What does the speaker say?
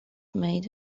made